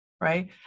Right